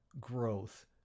growth